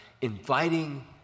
inviting